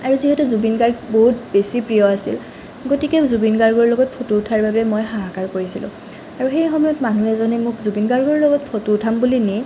আৰু যিহেতু জুবিন গাৰ্গ বহুত বেছি প্ৰিয় আছিল গতিকে জুবিন গাৰ্গৰ লগত ফটো উঠাৰ বাবে মই হাহাকাৰ কৰিছিলোঁ আৰু সেই সময়ত মানুহ এজনে মোক জুবিন গাৰ্গৰ লগত ফটো উঠাম বুলি নি